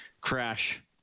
crash